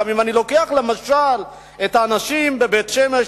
אם אני לוקח למשל את האנשים בבית-שמש,